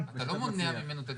אתה לא מונע ממנו.